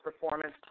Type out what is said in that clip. performance